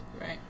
Right